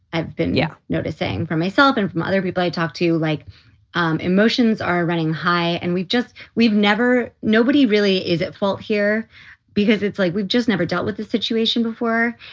i've been yeah noticing for myself and from other people i talk to you like um emotions are running high and we've just we've never nobody really is at fault here because it's like we've just never dealt with the situation before.